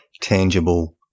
tangible